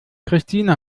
christine